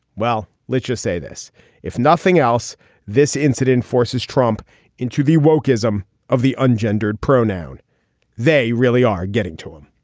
well let's just say this if nothing else this incident forces trump into the wolk ism of the un gendered pronoun they really are getting to him